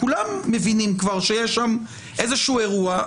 כולם מבינים כבר שיש שם איזשהו אירוע.